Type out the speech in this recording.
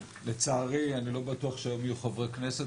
לצערי אני לא בטוח שהיום יהיו חברי כנסת